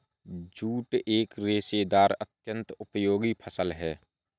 jute एक रेशेदार अत्यन्त उपयोगी फसल है